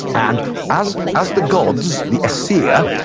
and as as the gods, the aesir,